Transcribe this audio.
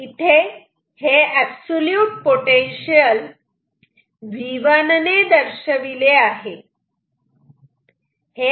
इथे हे absolute potential V1 ने दर्शविले आहे